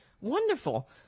wonderful